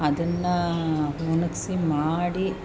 ಅದನ್ನು ಒಣಗಿಸಿ ಮಾಡಿ